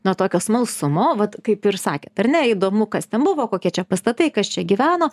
nuo tokio smalsumo vat kaip ir sakėt ar ne įdomu kas ten buvo kokie čia pastatai kas čia gyveno